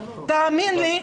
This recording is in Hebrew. תאמין לי,